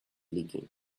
leaking